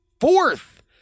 fourth